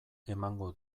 emango